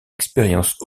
expérience